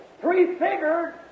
prefigured